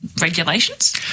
regulations